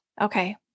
Okay